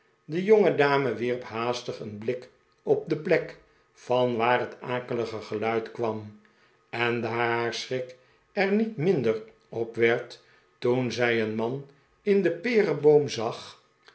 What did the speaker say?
de jbngedame wierp haastig een blik naar de plek vanwaar het akelige geluid kwam en daar haar schrik er niet minder op werd toen zij een man in den pereboom zag